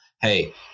hey